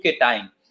time